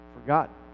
forgotten